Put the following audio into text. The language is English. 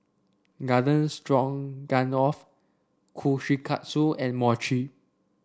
Garden Stroganoff Kushikatsu and Mochi